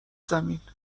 زمین